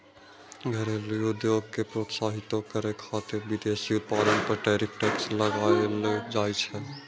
घरेलू उद्योग कें प्रोत्साहितो करै खातिर विदेशी उत्पाद पर टैरिफ टैक्स लगाएल जाइ छै